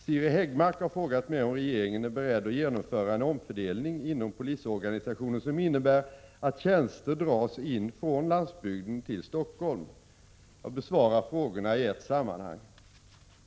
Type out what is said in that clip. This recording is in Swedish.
Siri Häggmark har frågat mig om regeringen är beredd att genomföra en omfördelning inom polisorganisationen som innebär att tjänster dras in från landsbygden till Stockholm. Jag besvarar frågorna i ett sammanhang.